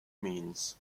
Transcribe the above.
means